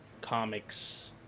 comics